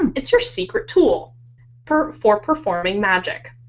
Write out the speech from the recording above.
and it's your secret tool for for performing magic.